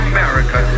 America